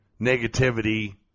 negativity